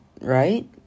right